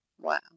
Wow